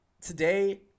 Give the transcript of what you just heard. today